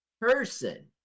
person